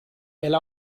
elle